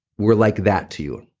were like that to you?